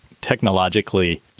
technologically